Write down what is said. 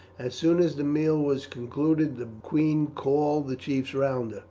as soon as the meal was concluded the queen called the chiefs round her,